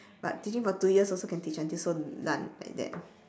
but teaching for two years also can teach until so 烂 like that